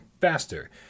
faster